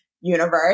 universe